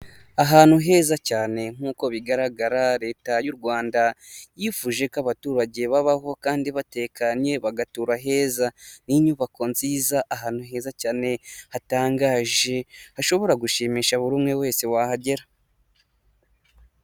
Ahantu heza cyane nk'uko bigaragara Leta y'u Rwanda yifuje ko abaturage babaho kandi batekanye bagatura heza, ni inyubako nziza ahantu heza cyane hatangaje hashobora gushimisha buri umwe wese wahagera.